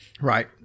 Right